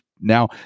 now